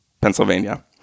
Pennsylvania